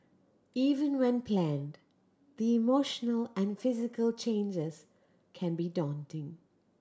even when planned the emotional and physical changes can be daunting